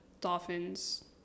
dolphins